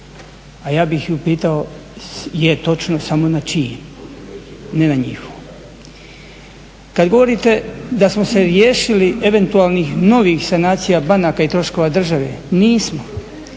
a ja bih upitao, je, točno, samo na čijem, ne na njihovom. Kad govorite da smo se riješili eventualnih novih sanacija banaka i troškova države, nismo,